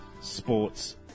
Sports